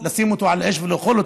לשים אותו על האש ולאכול אותו.